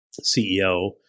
CEO